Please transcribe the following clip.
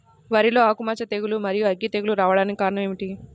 వరిలో ఆకుమచ్చ తెగులు, మరియు అగ్గి తెగులు రావడానికి కారణం ఏమిటి?